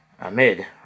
Amid